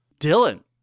Dylan